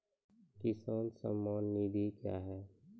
किसान सम्मान निधि क्या हैं?